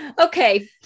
okay